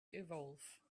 evolve